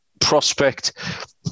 Prospect